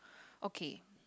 okay